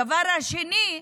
הדבר השני,